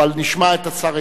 אבל נשמע את השר.